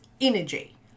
energy